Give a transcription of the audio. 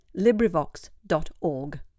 LibriVox.org